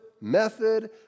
method